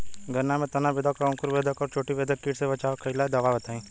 गन्ना में तना बेधक और अंकुर बेधक और चोटी बेधक कीट से बचाव कालिए दवा बताई?